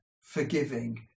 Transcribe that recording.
forgiving